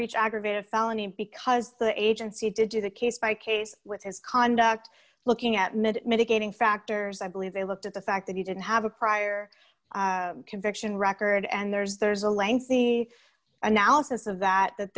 reach aggravated felony because the agency did to the case by case with his conduct looking at mitt mitigating factors i believe they looked at the fact that he didn't have a prior conviction record and there's there's a lengthy analysis of that that